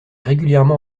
régulièrement